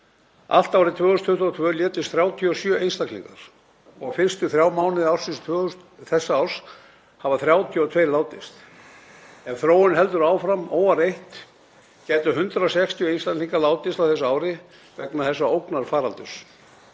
Allt árið 2022 létust 37 einstaklingar og fyrstu þrjá mánuði þessa árs hafa 32 látist. Ef þróunin heldur áfram óáreitt gætu 160 einstaklingar látist á þessu ári vegna þessa ógnarfaraldurs.